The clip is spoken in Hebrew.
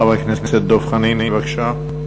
חבר הכנסת דב חנין, בבקשה.